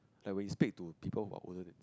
like we speak to people who are older